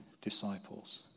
disciples